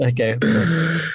Okay